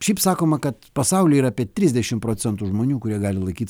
šiaip sakoma kad pasaulyje yra apie trisdešim procentų žmonių kurie gali laikyt